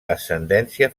ascendència